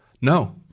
No